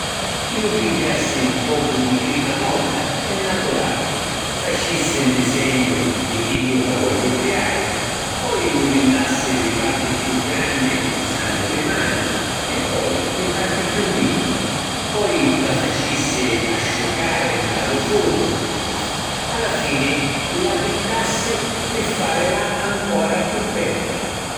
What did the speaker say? Ju pigghiassi ‘n pocu di crita modda e naturali. Facissi ‘n disegnu di chiddu ca vogghiu criari. Poi mudillassi li parti chiù granni usannu li manu e poi li parti chiù nichi. Poi la facissi asciucari nta lu furnu. A la fini la pittassi pi farila ancora chiù bedda.